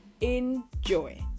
Enjoy